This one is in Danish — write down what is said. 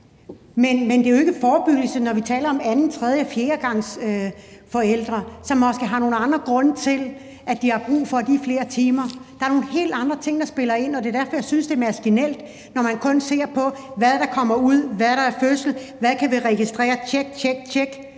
det er jo ikke forebyggelse, når vi taler om anden-, tredje- og fjerdegangsforældre, som måske har nogle andre grunde til, at de har brug for de flere timer. Der er nogle helt andre ting, der spiller ind, og det er derfor, jeg synes, det er maskinelt, når man kun ser på, hvad der kommer ud, hvad der er fødsel, og hvad vi kan registrere – tjek, tjek